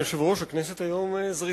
אדוני היושב-ראש, תודה רבה, הכנסת היום זריזה.